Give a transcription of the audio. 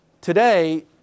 today